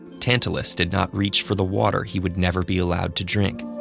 tantalus did not reach for the water he would never be allowed to drink.